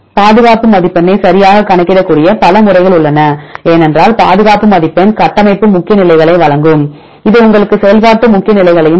பாதுகாப்பு மதிப்பெண்ணை சரியாகக் கணக்கிடக்கூடிய பல முறைகள் உள்ளன ஏனென்றால் பாதுகாப்பு மதிப்பெண் கட்டமைப்பு முக்கிய நிலைகளை வழங்கும் இது உங்களுக்கு செயல்பாட்டு முக்கிய நிலைகளையும் தரும்